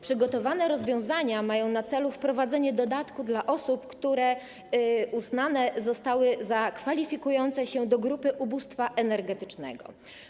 Przygotowane rozwiązania mają na celu wprowadzenie dodatku dla osób, które zostały uznane za kwalifikujące się do grupy ubóstwa energetycznego.